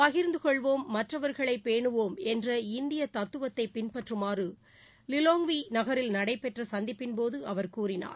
பகிர்ந்து கொள்வோம் மற்றவர்களை பேனுவோம் என்ற இந்திய தத்துவத்தை பின்பற்றுமாறு லிலோங்வி நகரில் நடைபெற்ற சந்திப்பின் போது அவர் கூறினார்